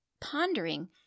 pondering